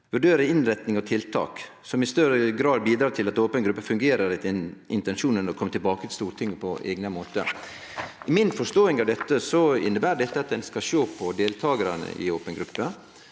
vurdere innretningen og tiltak som i større grad bidrar til at åpen gruppe fungerer etter intensjonen, og komme tilbake til Stortinget på egnet måte». Etter mi forståing inneber dette at ein skal sjå på deltakarane i open gruppe